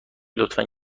لطفا